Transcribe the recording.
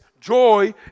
joy